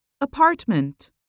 Apartment